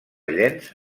llenç